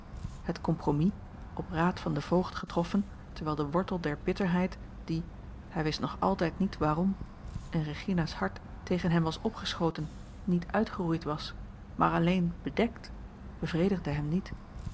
het compromis op raad van den voogd getroffen terwijl de wortel der bitterheid die hij wist nog altijd niet waarom in regina's hart tegen hem was opgeschoten niet uitgeroeid was maar alleen bedekt bevredigde hem niet